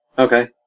Okay